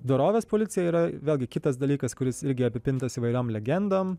dorovės policija yra vėlgi kitas dalykas kuris irgi apipintas įvairiom legendom